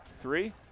three